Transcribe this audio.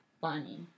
funny